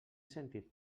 sentit